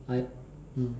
I mm